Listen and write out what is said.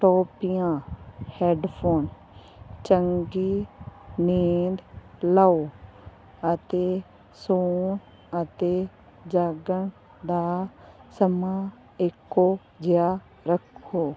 ਟੋਪੀਆਂ ਹੈਡਫੋਨ ਚੰਗੀ ਨੀਂਦ ਲਓ ਅਤੇ ਸੋਣ ਅਤੇ ਜਾਗਣ ਦਾ ਸਮਾਂ ਇੱਕੋ ਜਿਹਾ ਰੱਖੋ